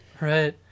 Right